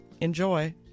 Enjoy